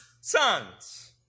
sons